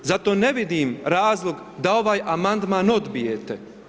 Zato ne vidim razlog da ovaj amandman odbijete.